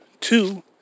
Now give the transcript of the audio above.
Two